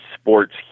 sports